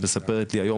את מספרת לי היום,